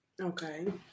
Okay